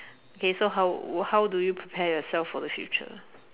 okay so how how do you prepare yourself for the future